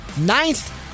ninth